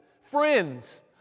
friends